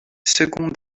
second